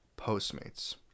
Postmates